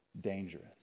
dangerous